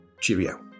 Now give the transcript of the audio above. Cheerio